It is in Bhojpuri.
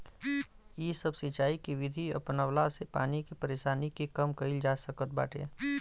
इ सब सिंचाई के विधि अपनवला से पानी के परेशानी के कम कईल जा सकत बाटे